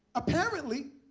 apparently,